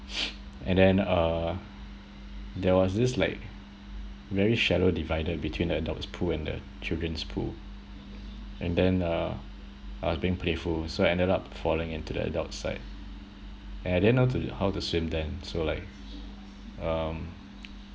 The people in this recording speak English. and then uh there was this like very shallow divider between the adults pool and the children's pool and then uh I was being playful so I ended up falling into the adult side and I didn't know to how to swim then so like um